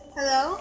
Hello